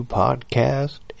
podcast